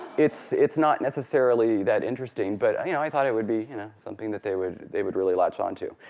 it's true. it's not necessarily that interesting, but i you know i thought it would be you know something that they would they would really latch onto.